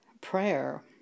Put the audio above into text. prayer